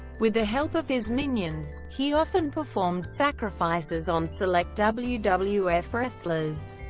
with the help of his minions, he often performed sacrifices on select wwf wwf wrestlers,